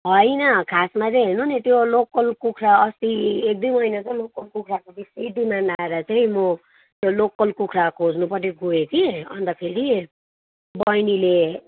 होइन खासमा चाहिँ हेर्नु नि त्यो लोकल कुखुरा अस्ति एक दुई महिना चाहिँ लोकल कुखुराको बेसी डिमान्ड आएर चाहिँ म त्यो लोकल कुखुरा खोज्नुपट्टि गएँ कि अन्त फेरि बैनीले